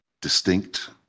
distinct